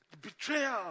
Betrayal